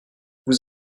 vous